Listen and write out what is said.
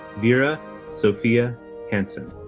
vera sophia hansen.